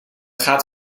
gaat